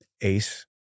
Ace